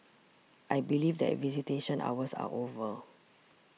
I believe that visitation hours are over